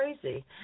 crazy